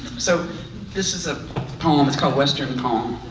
so this is a poem, it's called western poem.